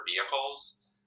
vehicles